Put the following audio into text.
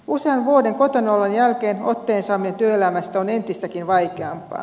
usean vuoden kotonaolon jälkeen otteen saaminen työelämästä on entistäkin vaikeampaa